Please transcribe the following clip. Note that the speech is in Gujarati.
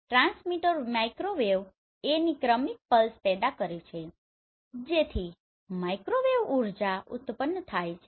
ટ્રાન્સમીટર માઇક્રોવેવ A ની ક્રમિક પલ્સ પેદા કરે છે જેથી માઇક્રોવેવ ઉર્જા ઉત્પન્ન થાય છે